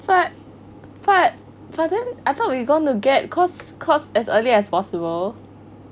but but but then I thought we going get cause cause as early as possible